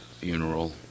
funeral